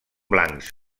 blancs